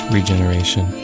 Regeneration